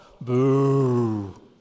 Boo